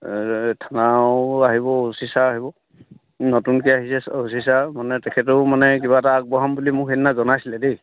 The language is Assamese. থানাও আহিব অচি ছাৰ আহিব নতুনকৈ আহিছে অচি ছাৰ মানে তেখেতেও মানে কিবা এটা আগবঢ়াম বুলি মোক সেইদিনা জনাইছিলে দেই